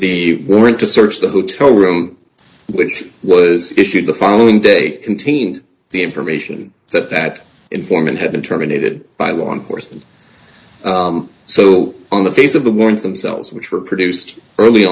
the warrant to search the hotel room which was issued the following day contained the information that that informant had been terminated by law enforcement so on the face of the warrants themselves which were produced early